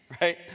right